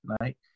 right